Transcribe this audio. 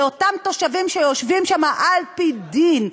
לאותם תושבים שיושבים שם על-פי דין,